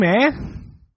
man